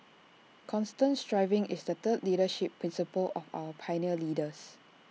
constant striving is the third leadership principle of our pioneer leaders